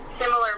similar